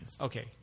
Okay